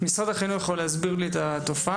משרד החינוך יכול להסביר לי את התופעה?